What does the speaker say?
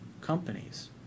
companies